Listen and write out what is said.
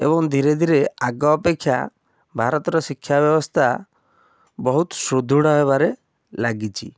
ଏବଂ ଧୀରେ ଧୀରେ ଆଗ ଅପେକ୍ଷା ଭାରତର ଶିକ୍ଷା ବ୍ୟବସ୍ଥା ବହୁତ ସୁଦୃଢ଼ ହେବାରେ ଲାଗିଛି